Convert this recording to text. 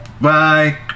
bye